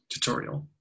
tutorial